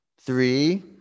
Three